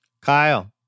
Kyle